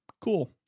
cool